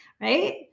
Right